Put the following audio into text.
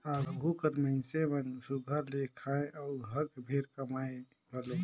आघु कर मइनसे मन सुग्घर ले खाएं अउ हक भेर कमाएं घलो